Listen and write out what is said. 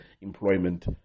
employment